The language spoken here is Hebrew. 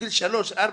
בן 3 ו-4,